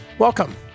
Welcome